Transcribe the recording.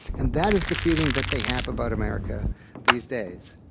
and that is the feeling that they have about america these days.